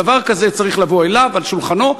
דבר כזה צריך לבוא אליו, על שולחנו.